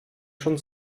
schon